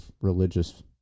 religious